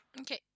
Okay